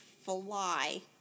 fly